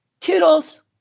toodles